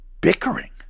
bickering